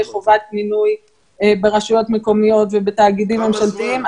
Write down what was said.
חובת מינוי ברשויות מקומיות ובתאגידים ממשלתיים,